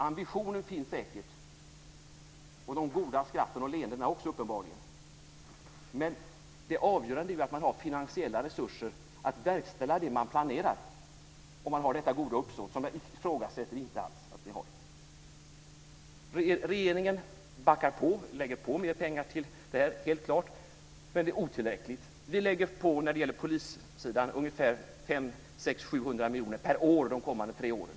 Ambitionen finns säkert och uppenbarligen också de goda skratten och leendena, men det avgörande är ju att man har finansiella resurser för att verkställa det man planerar, om man har detta goda uppsåt som jag inte alls ifrågasätter att man har. Regeringen lägger helt klart på mer pengar till detta, men det är otillräckligt. På polissidan lägger vi på ungefär 500-700 miljoner per år de kommande tre åren.